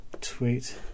tweet